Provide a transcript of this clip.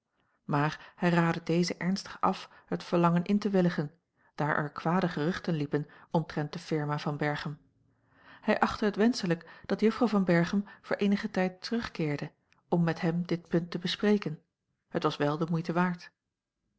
maar hij raadde deze ernstig af het verlangen in te willigen daar er kwade geruchten liepen omtrent de firma van berchem hij achtte het wenschelijk dat juffrouw van berchem voor eenigen tijd terugkeerde om met hem dit punt te bespreken het was wel de moeite waard